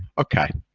okay.